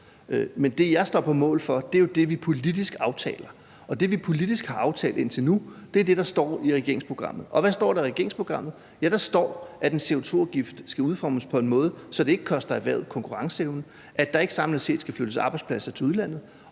Men det, jeg står på mål for, er jo det, vi politisk aftaler. Og det, vi politisk har aftalt indtil nu, er det, der står i regeringsprogrammet. Og hvad står der i regeringsprogrammet? Der står, at en CO2-afgift skal udformes på en måde, så det ikke koster erhvervet konkurrenceevne, at der ikke samlet set skal flyttes arbejdspladser til udlandet,